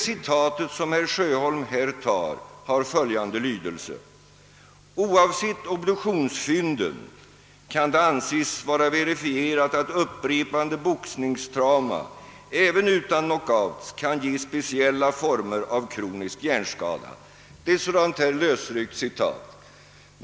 Citatet har följande lydelse: »Oavsett obduktionsfynden kan det anses vara verifierat att upprepade boxningstrauma, även utan knockouts, kan ge speciella former av kronisk hjärnskada.» Det är ett lösryckt citat.